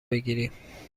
بگیریم